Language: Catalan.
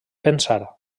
pensar